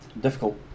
difficult